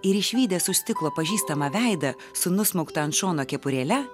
ir išvydęs už stiklo pažįstamą veidą su nusmaukta ant šono kepurėle